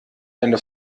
eine